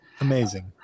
Amazing